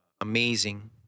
amazing